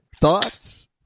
thoughts